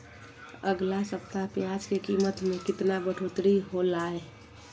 अगला सप्ताह प्याज के कीमत में कितना बढ़ोतरी होलाय?